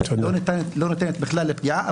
לא ניתנת בכלל לפגיעה,